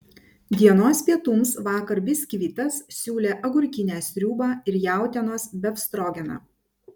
dienos pietums vakar biskvitas siūlė agurkinę sriubą ir jautienos befstrogeną